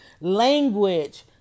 language